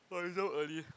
but it's so early